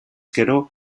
gero